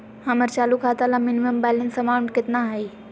हमर चालू खाता ला मिनिमम बैलेंस अमाउंट केतना हइ?